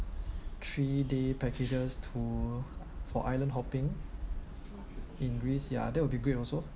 three day packages tour for island hopping in greece ya that will be great also